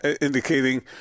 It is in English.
indicating